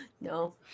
No